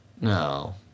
No